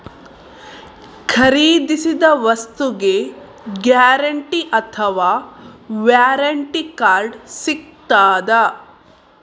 ಖರೀದಿಸಿದ ವಸ್ತುಗೆ ಗ್ಯಾರಂಟಿ ಅಥವಾ ವ್ಯಾರಂಟಿ ಕಾರ್ಡ್ ಸಿಕ್ತಾದ?